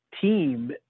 team